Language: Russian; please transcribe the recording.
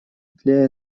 для